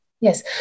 Yes